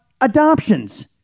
adoptions